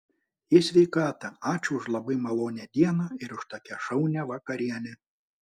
į sveikatą ačiū už labai malonią dieną ir už tokią šaunią vakarienę